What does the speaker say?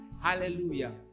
Hallelujah